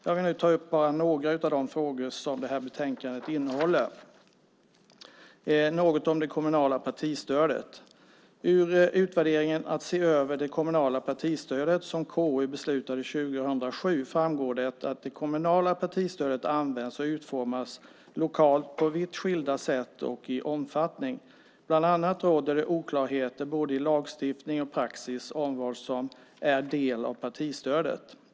Jag vill nu ta upp bara några av de frågor som det här betänkandet innehåller. Jag ska säga något om det kommunala partistödet. I utvärderingen när det gällde att se över det kommunala partistödet, som KU beslutade om 2007, framgår det att det kommunala partistödet används och utformas lokalt på vitt skilda sätt, också när det gäller omfattning. Bland annat råder det oklarheter i både lagstiftning och praxis om vad som är en del av partistödet.